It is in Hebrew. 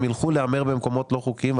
הם ילכו להמר במקומות לא חוקיים.